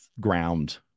ground